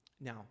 now